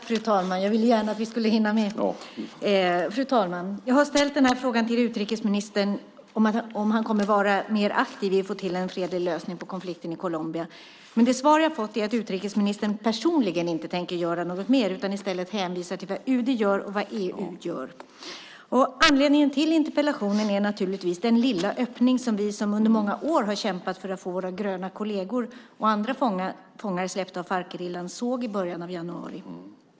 Fru talman! Jag har ställt den här frågan till utrikesministern; om han kommer att vara mer aktiv för att få till stånd en fredlig lösning av konflikten i Colombia. Det svar jag har fått är att utrikesministern personligen inte tänker göra något mer utan i stället hänvisar till vad UD och EU gör. Anledningen till interpellationen är naturligtvis den lilla öppning som vi som under många år har kämpat för att få våra gröna kolleger och andra fångar släppta av Farcgerillan såg i början av januari.